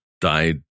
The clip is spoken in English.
died